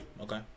Okay